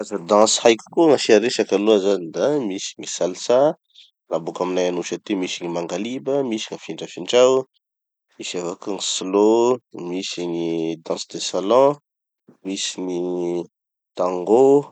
Gny karaza danses haiko koa gn'asia resaky aloha zany da: misy gny salsa, da boka aminay anosy aty misy gny mangaliba, misy gn'afindrafindrao, misy avao koa gny slow, misy gny danses de salons, misy gny tango.